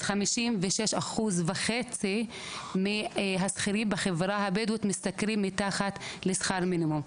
אז 56.5% מהשכירים בחברה הבדואית משתכרים מתחת לשכר מינימום.